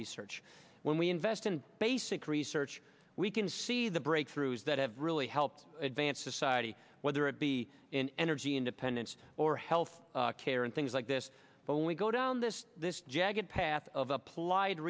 research when we invest in basic research we can see the breakthroughs that have really helped advance society whether it be in energy independence or health care and things like this but only go down this this jagged path of applied